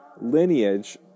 lineage